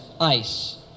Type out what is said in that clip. ICE